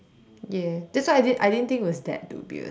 ya that's why I didn't I didn't think it was that dubious